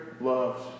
loves